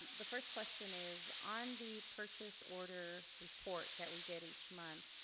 the first question is on the purchase order report that we get each month